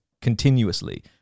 continuously